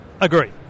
Agree